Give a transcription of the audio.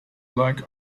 like